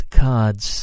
cards